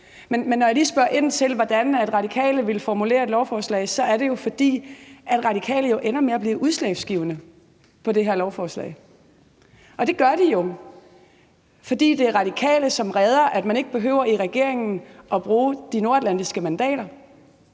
Men når jeg lige spørge ind til, hvordan Radikale ville formulere lovforslaget, så er det, fordi Radikale jo ender med at blive udslagsgivende i forhold til det her lovforslag. Det gør Radikale jo, fordi det er Radikale, som redder det, så man i regeringen ikke behøver at bruge de nordatlantiske mandater.